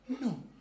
No